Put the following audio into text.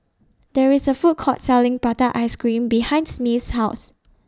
There IS A Food Court Selling Prata Ice Cream behind Smith's House